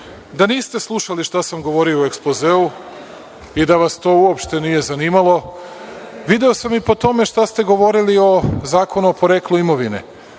niste slušali šta sam govorio u Ekspozeu i da vas to uopšte nije zanimalo video sam i po tome šta ste govorili o Zakonu o poreklu imovine.